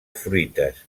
fruites